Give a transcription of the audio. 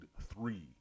three